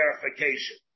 verification